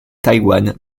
taïwan